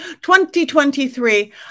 2023